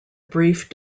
brief